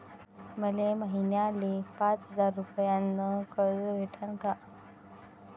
मले महिन्याले पाच हजार रुपयानं कर्ज भेटन का?